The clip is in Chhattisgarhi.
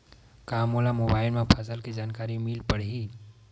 का मोला मोबाइल म फसल के जानकारी मिल पढ़ही?